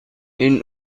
این